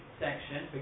Section